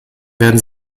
werden